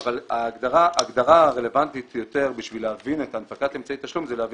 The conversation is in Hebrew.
אבל ההגדרה הרלוונטית יותר בשביל להבין את הנפקת אמצעי תשלום זה להבין